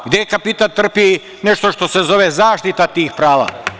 Gde kapital trpi nešto što se zove zaštita tih prava?